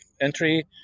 entry